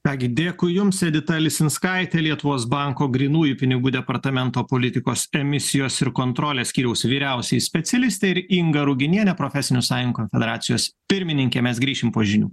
ką gi dėkui jums edita lisinskaitė lietuvos banko grynųjų pinigų departamento politikos emisijos ir kontrolės skyriaus vyriausioji specialistė ir inga ruginienė profesinių sąjung konfederacijos pirmininkė mes grįšim po žinių